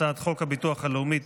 הצעת חוק הביטוח הלאומי (תיקון,